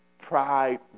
pride